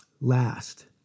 last